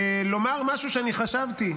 לומר משהו שאני חשבתי,